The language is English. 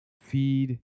feed